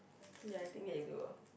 ya I think they do ah